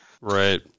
Right